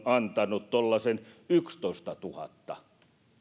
antaneet tuollaisen yksitoistatuhatta